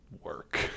work